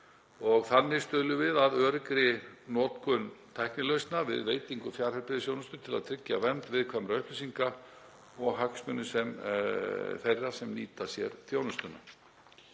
Þannig stuðlum við að öruggri notkun tæknilausna við veitingu fjarheilbrigðisþjónustu til að tryggja vernd viðkvæmra upplýsinga og hagsmuni þeirra sem nýta sér þjónustuna.